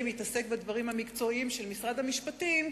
יתעסק בדברים המקצועיים של משרד המשפטים,